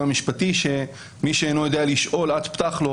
המשפטי שמי שאינו יודע לשאול עד פתח לו,